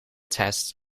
tests